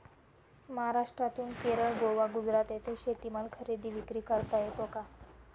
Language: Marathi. महाराष्ट्रातून केरळ, गोवा, गुजरात येथे शेतीमाल खरेदी विक्री करता येतो का?